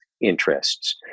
interests